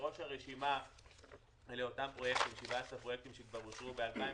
בראש הרשימה מופיעים אותם 17 פרויקטים שאושרו כבר ב-2017.